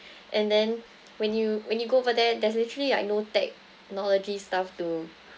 and then when you when you go over there there's actually like no technology stuff to